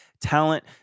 talent